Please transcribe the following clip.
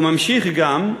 הוא ממשיך גם,